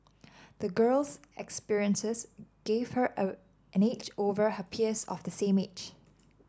the girl's experiences gave her a an edge over her peers of the same age